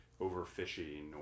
overfishing